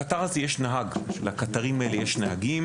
לקטר הזה יש נהג, לקטרים האלה יש נהגים